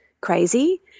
crazy